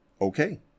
okay